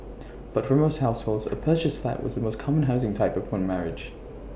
but for most households A purchased flat was the most common housing type upon marriage